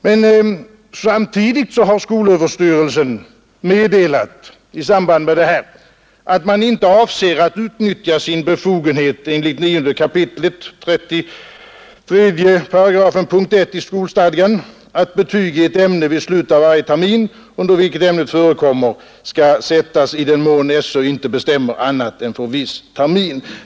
Men samtidigt har skolöverstyrelsen meddelat att man inte avser att utnyttja sin befogenhet enligt 9 kap. 33 8 punkt 1 i skolstadgan att betyg i ett ämne vid slutet av varje termin, under vilket ämnet förekommer, skall sättas i den mån SÖ inte bestämmer annat för viss termin.